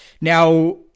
Now